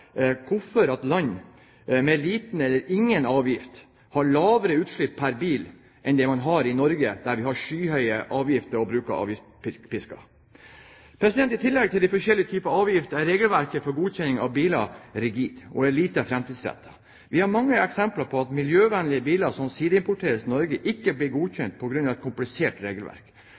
hvorfor land med liten eller ingen avgift har lavere utslipp pr. bil enn det man har i Norge, der vi har skyhøye avgifter og bruk av avgiftspisken. I tillegg til de forskjellige typer avgifter er regelverket for godkjenning av biler rigid og lite framtidsrettet. Vi har mange eksempler på at miljøvennlige biler som sideimporteres til Norge, ikke blir godkjent på grunn av et komplisert regelverk.